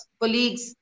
colleagues